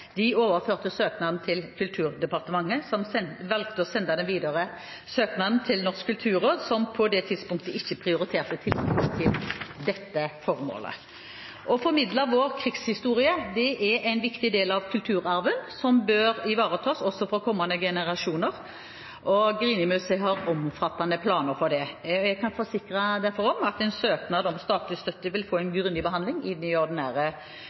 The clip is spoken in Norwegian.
De overførte søknaden til Kulturdepartementet, som valgte å sende søknaden videre til Norsk kulturråd, som på det tidspunktet ikke prioriterte tilskudd til dette formålet. Å formidle vår krigshistorie er en viktig del av kulturarven som bør ivaretas, også for kommende generasjoner, og Grini-museet har omfattende planer for det. Jeg kan derfor forsikre om at en søknad om statlig støtte vil få en grundig behandling i den ordinære